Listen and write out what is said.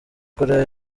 korea